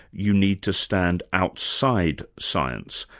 you need to stand outside science,